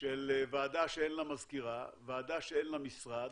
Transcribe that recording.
של ועדה שאין לה מזכירה, ועדה שאין לה משרד,